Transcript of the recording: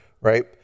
right